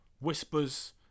whispers